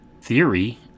theory